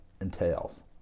entails